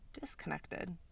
disconnected